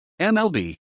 MLB